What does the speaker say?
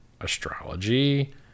astrology